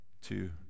two